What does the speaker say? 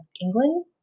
England